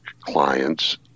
clients